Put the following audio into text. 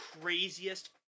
craziest